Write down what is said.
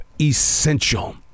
essential